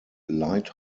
light